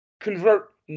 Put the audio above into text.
convert